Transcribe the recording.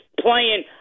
playing